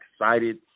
excited